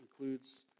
includes